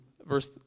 verse